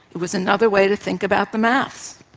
it was another way to think about the maths.